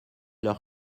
leurs